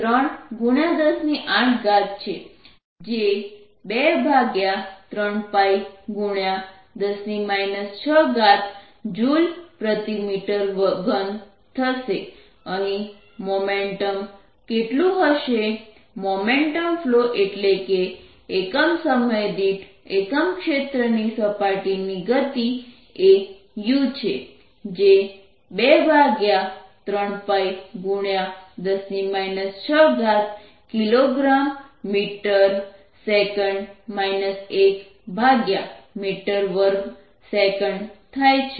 Areaπr210 6π m2Power20 mW2×10 2 W S2×10 210 62×104Js m2 uSc2×104π×3×10823π10 6Jm3 momentum flow એટલે કે એકમ સમય દીઠ એકમ ક્ષેત્રની સપાટીની ગતિ એ u છે જે 23π10 6 Kg m s 1m2s થાય છે